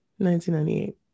1998